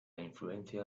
influencia